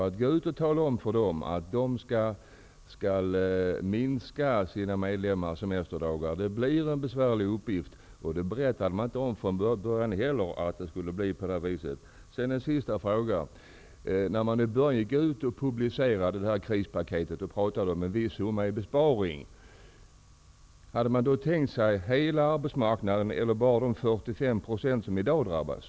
Att gå ut och tala om för dessa att de skall minska antalet semesterdagar för sina medlemmar blir en besvärlig uppgift. I början talade man heller inte om att det skulle bli på det här viset. En sista fråga: Hade man, när krispaketet publicerades och det talades om en viss summa i besparing, tänkt sig hela arbetsmarknaden eller bara de 45 % som i dag drabbas?